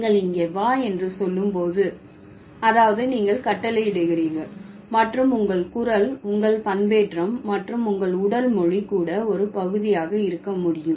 நீங்கள் இங்கே வா என்று சொல்லும் போது அதாவது நீங்கள் கட்டளையிடுகிறீர்கள் மற்றும் உங்கள் குரல் உங்கள் பண்பேற்றம் மற்றும் உங்கள் உடல் மொழி கூட ஒரு பகுதியாக இருக்க முடியும்